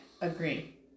agree